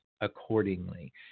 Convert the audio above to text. accordingly